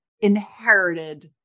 inherited